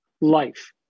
life